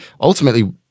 ultimately